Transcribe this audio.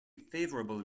favourable